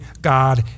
God